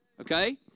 Okay